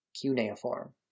Cuneiform